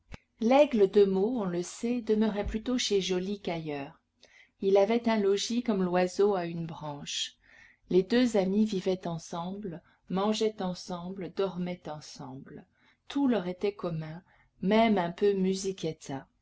laigle de meaux on le sait demeurait plutôt chez joly qu'ailleurs il avait un logis comme l'oiseau a une branche les deux amis vivaient ensemble mangeaient ensemble dormaient ensemble tout leur était commun même un peu